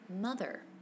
mother